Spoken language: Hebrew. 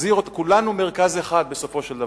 כולנו מרכז אחד, בסופו של דבר.